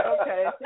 Okay